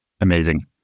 amazing